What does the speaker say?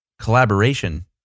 collaboration